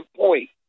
point